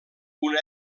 una